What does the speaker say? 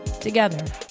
Together